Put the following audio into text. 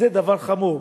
זה דבר חמור.